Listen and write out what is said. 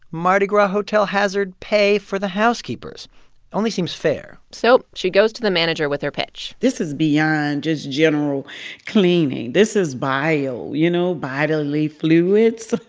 mardi gras hotel hazard pay for the housekeepers only seems fair so she goes to the manager with her pitch this is beyond just general cleaning. this is bile, you know, bodily fluids